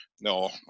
No